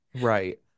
Right